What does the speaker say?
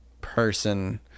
person